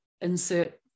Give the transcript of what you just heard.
insert